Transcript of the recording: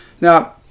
Now